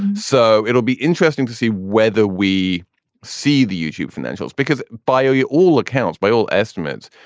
so it'll be interesting to see whether we see the youtube financials because bio you all accounts, by all estimates,